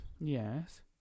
Yes